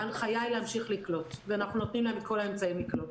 ההנחיה היא להמשיך לקלוט ואנחנו נותנים להם את כל האמצעים לקלוט.